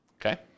Okay